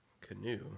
canoe